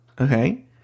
okay